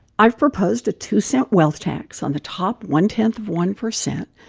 i've proposed a two cent wealth tax on the top one-tenth of one percent.